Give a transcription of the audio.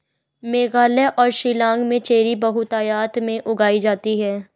मेघालय और शिलांग में चेरी बहुतायत में उगाई जाती है